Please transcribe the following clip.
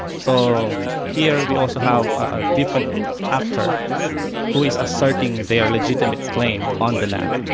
so here we also have a different actor who is asserting their legitimate claim on the land.